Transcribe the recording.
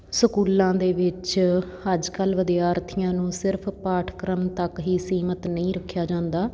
ਸਕੂਲਾਂ ਦੇ ਵਿੱਚ ਅੱਜ ਕੱਲ੍ਹ ਵਿਦਿਆਰਥੀਆਂ ਨੂੰ ਸਿਰਫ ਪਾਠਕ੍ਰਮ ਤੱਕ ਹੀ ਸੀਮਤ ਨਹੀਂ ਰੱਖਿਆ ਜਾਂਦਾ